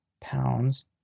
pounds